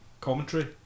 commentary